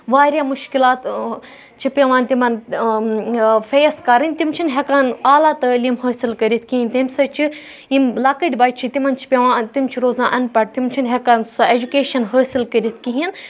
واریاہ مُشکِلات چھِ پیٚوان تِمن فیس کَرٕنۍ تِم چھِنہٕ ہیٚکان اعلیٰ تعلیٖم حٲصِل کٔرِتھ کِہینۍ تَمہِ سۭتۍ چھِ یِم لَکٕٹۍ بَچہِ چھِ تِمن چھِ پیٚوان تِم چھِ روزان اَن پَڑھ تِم چھِنہٕ ہیٚکان سۄ ایجوکیشَن حٲصِل کٔرِتھ کِہیٖنۍ